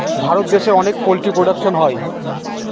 ভারত দেশে অনেক poultry production হয়